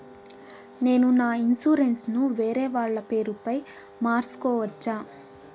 నేను నా ఇన్సూరెన్సు ను వేరేవాళ్ల పేరుపై మార్సుకోవచ్చా?